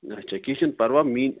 اَچھا کیٚنٛہہ چھُنہٕ پروا